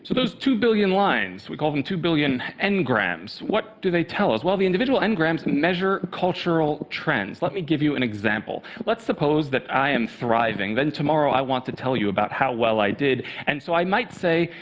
those two billion lines, we call them two billion n-grams. what do they tell us? well the individual n-grams measure cultural trends. let me give you an example. let's suppose that i am thriving, then tomorrow i want to tell you about how well i did. and so i might say,